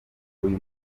uyu